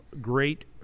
great